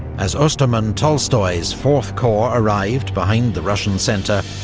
as ostermann-tolstoy's fourth corps arrived behind the russian centre,